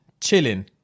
chilling